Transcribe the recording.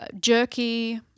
jerky